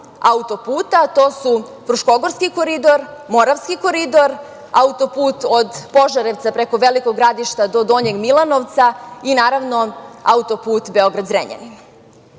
auto-puta, a to su: Fruškogorski koridor, Moravski koridor, auto-put od Požarevca preko Velikog Gradišta do Donjeg Milanovca i, naravno, auto-put Beograd-Zrenjanin.I